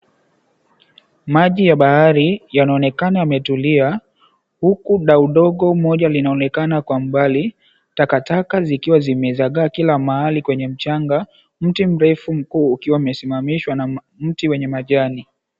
Maji ya bahari yanaonekana yametulia, huku dau dogo moja linaonekana kwa mbali. Takataka zikiwa zimezagaa kila mahali kwenye mchanga. Mti mrefu mkuu ukiwa umesimamishwa na mti wenye majani.